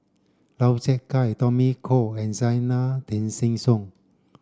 Lau Chiap Khai Tommy Koh and Zena Tessensohn